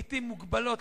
לעתים מוגבלות,